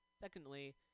secondly